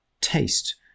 taste